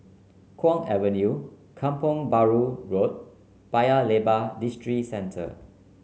Kwong Avenue Kampong Bahru Road Paya Lebar Districentre